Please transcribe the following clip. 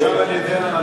זה אושר על-ידי, ?